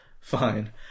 Fine